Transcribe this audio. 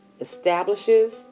establishes